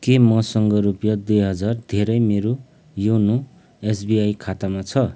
के मसँग रुपियाँ दुई हजार धेरै मेरो योनो एसबिआई खातामा छ